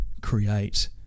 create